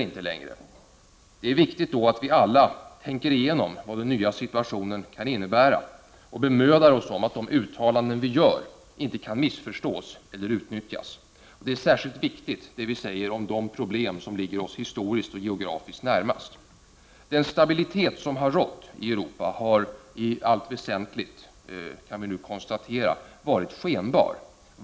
I det läget är det viktigt att vi alla tänker igenom vad den nya situationen kan innebära och bemödar oss om att de uttalanden vi gör inte kan missförstås eller utnyttjas. Särskilt viktiga är våra uttalanden om de problem som ligger oss historiskt och geografiskt närmast. Den stabilitet som har rått i Europa har i allt väsentligt, kan vi nu konstatera, varit skenbar.